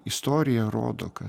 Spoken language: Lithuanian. istorija rodo kad